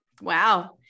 Wow